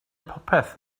popeth